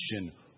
question